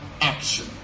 action